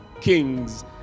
kings